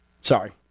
Sorry